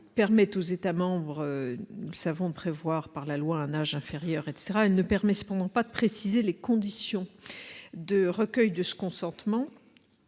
permet aux États-membres savons prévoir par la loi un âge inférieur etc ne permet cependant pas de préciser les conditions de recueil de ce consentement,